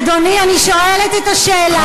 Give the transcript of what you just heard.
אדוני, אני שואלת את השאלה.